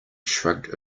shrugged